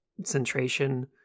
concentration